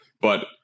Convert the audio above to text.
But-